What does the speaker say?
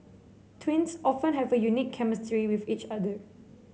twins often have a unique chemistry with each other